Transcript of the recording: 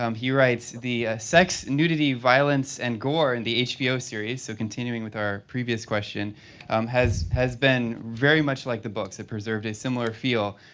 um he writes, the sex, nudity, violence, and gore in the hbo series so, continuing with our previous question has has been very much like the books. it preserved a similar feel.